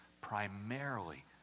primarily